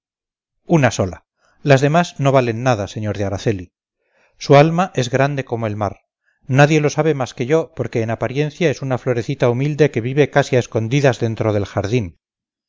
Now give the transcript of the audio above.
una sola las demás no valen nada señor de araceli su alma es grande como el mar nadie lo sabe más que yo porque en apariencia es una florecita humilde que vive casi a escondidas dentro del jardín